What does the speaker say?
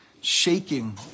shaking